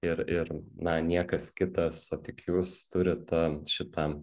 ir ir na niekas kitas o tik jūs turit šitą